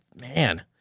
man